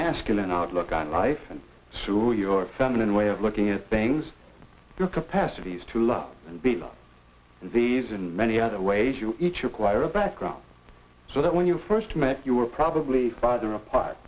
masculine outlook on life and sure your feminine way of looking at things your capacities to love these in many other ways you each require a background so that when you first met you were probably farther apart